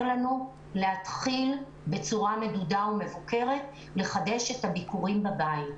לנו להתחיל בצורה מדודה ומבוקרת לחדש את הביקורים בבית.